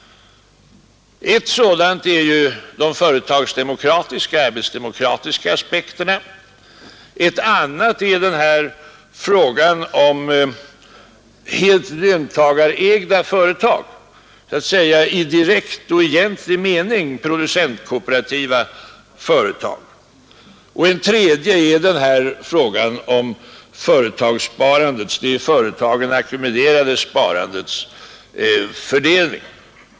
En sådan problemställning är de arbetsdemokratiska aspekterna, en annan är frågan om helt löntagarägda företag, dvs. i direkt och egentlig mening producentkooperativa företag, och en tredje är frågan om det i företagen ackumulerade sparandets fördelning.